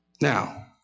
Now